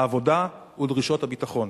העבודה ודרישות הביטחון.